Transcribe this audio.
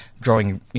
growing